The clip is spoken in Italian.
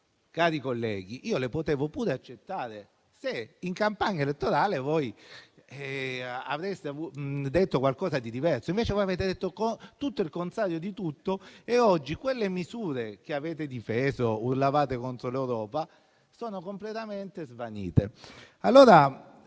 colleghi, io potevo anche accettarle se in campagna elettorale aveste detto qualcosa di diverso. Invece voi avete detto tutto e il contrario di tutto e oggi quelle misure che avete difeso urlavate contro l'Europa - sono completamente svanite.